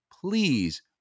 please –